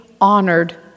honored